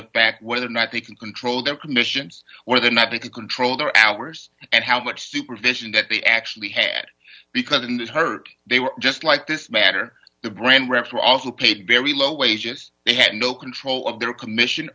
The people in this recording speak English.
the fact whether or not they can control their commissions whether or not you could control their hours and how much supervision that they actually had because in that heart they were just like this matter the brand reps were also paid very low wages they had no control of their commission